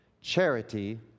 Charity